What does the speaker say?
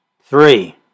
Three